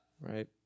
right